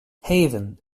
haven